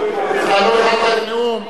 אה, לא הכנת את הנאום?